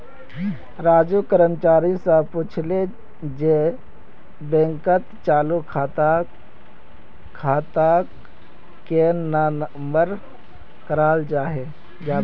राजू कर्मचारी स पूछले जे बैंकत चालू खाताक केन न बंद कराल जाबे